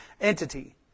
entity